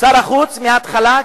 שר החוץ מההתחלה,